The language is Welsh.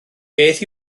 beth